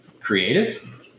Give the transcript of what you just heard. creative